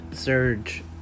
Surge